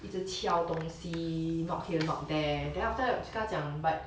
一直敲东西 knock here knock there then after 我就跟他讲